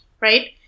right